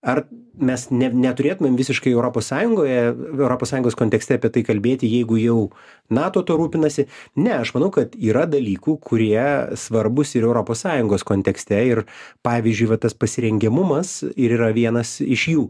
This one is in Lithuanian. ar mes ne neturėtumėm visiškai europos sąjungoje europos sąjungos kontekste apie tai kalbėti jeigu jau nato tuo rūpinasi ne aš manau kad yra dalykų kurie svarbūs ir europos sąjungos kontekste ir pavyzdžiui va tas pasirengiamumas ir yra vienas iš jų